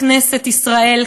לכנסת ישראל,